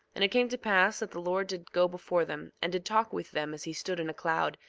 and it came to pass that the lord did go before them, and did talk with them as he stood in a cloud,